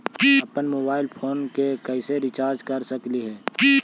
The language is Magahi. अप्पन मोबाईल फोन के कैसे रिचार्ज कर सकली हे?